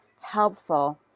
helpful